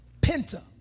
Penta